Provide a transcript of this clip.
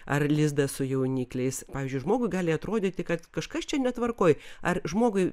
ar lizdą su jaunikliais pavyzdžiui žmogui gali atrodyti kad kažkas čia netvarkoj ar žmogui